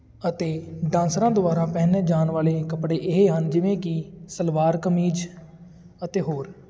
ਅਤੇ ਡਾਂਸਰਾਂ ਦੁਆਰਾ ਪਹਿਨੇ ਜਾਣ ਵਾਲੇ ਕੱਪੜੇ ਇਹ ਹਨ ਜਿਵੇਂ ਕਿ ਸਲਵਾਰ ਕਮੀਜ਼ ਅਤੇ ਹੋਰ